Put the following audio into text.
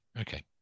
Okay